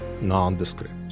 nondescript